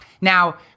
now